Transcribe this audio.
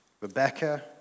Rebecca